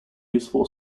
useful